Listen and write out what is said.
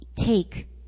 Take